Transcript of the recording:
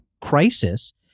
crisis